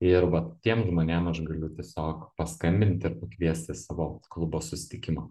ir vat tiem žmonėm aš galiu tiesiog paskambinti ir pakviesti į savo klubo susitikimą